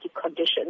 conditions